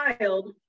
child